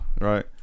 right